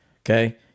okay